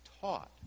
taught